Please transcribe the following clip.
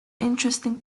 interesting